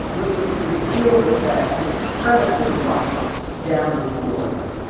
which was to deal with that incredible debacle down in florida.